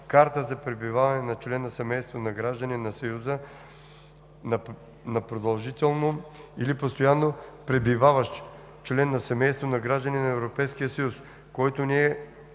„карта за пребиваване на член на семейството на гражданин на Съюза“ на продължително или постоянно пребиваващ член на семейство на гражданин на ЕС, който не е